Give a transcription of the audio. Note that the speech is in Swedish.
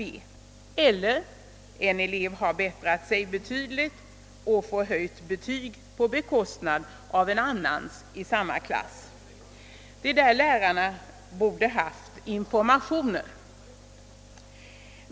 Det kan också hända att en elev förbättrar sina resultat betydligt och får höjt betyg på bekostnad av en annan elev i samma klass. Det är sådana fall som lärarna borde få information om.